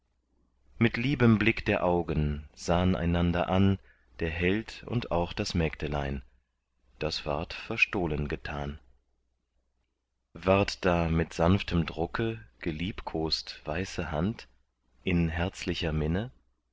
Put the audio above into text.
mit liebem blick der augen sahn einander an der held und auch das mägdelein das ward verstohlen getan ward da mit sanftem drucke geliebkost weiße hand in herzlicher minne